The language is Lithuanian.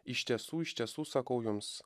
iš tiesų iš tiesų sakau jums